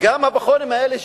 גם הפחונים האלה,